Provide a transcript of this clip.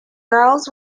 girls